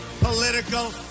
political